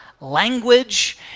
language